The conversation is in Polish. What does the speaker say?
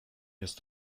jest